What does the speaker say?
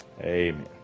Amen